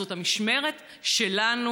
זאת המשמרת שלנו.